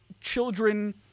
children